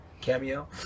Cameo